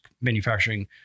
manufacturing